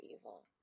evil